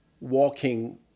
walking